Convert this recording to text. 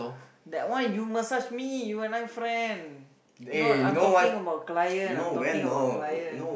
that one you massage me you and I friend now I am talking about client I am talking about client